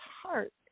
heart